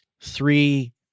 three